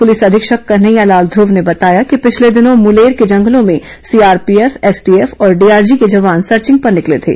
police अधीक्षक कन्हैया लाल धुव ने बताया कि पिछले दिनों मुलेर के जंगलों में सीआरपीएफ एसटीएफ और डीआरजी के जवान सर्विंग पर निकले थे